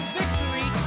victory